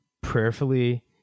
prayerfully